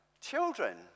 Children